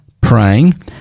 praying